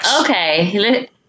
Okay